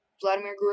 Vladimir